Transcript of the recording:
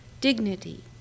dignity